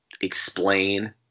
explain